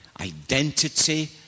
identity